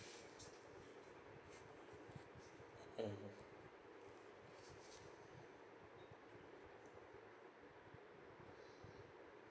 mm